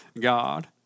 God